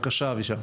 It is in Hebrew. אבישג, בבקשה.